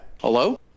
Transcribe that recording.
Hello